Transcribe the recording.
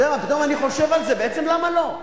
פתאום אני חושב על זה, בעצם למה לא?